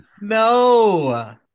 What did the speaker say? No